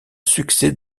succès